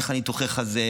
אין לך ניתוחי חזה,